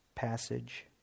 passage